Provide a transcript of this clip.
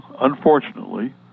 unfortunately